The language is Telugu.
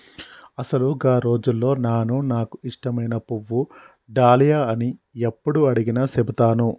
అసలు గా రోజుల్లో నాను నాకు ఇష్టమైన పువ్వు డాలియా అని యప్పుడు అడిగినా సెబుతాను